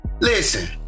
Listen